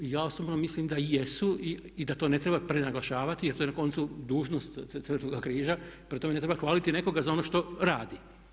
Ja osobno mislim da jesu i da to ne treba prenaglašavati jer to je na koncu dužnost Crvenoga križa, prema tome ne treba hvaliti nekoga za ono što radi.